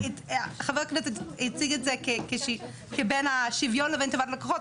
חבר הכנסת הציג את זה כבין השוויון לבין טובת הלקוחות.